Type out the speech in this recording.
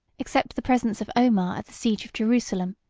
except the presence of omar at the siege of jerusalem,